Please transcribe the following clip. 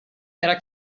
era